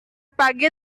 pagi